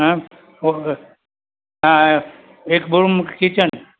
હા ચોક્કસ હા હા એક રૂમ કિચન